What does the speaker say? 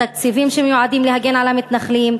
תקציבים שמיועדים להגן על המתנחלים,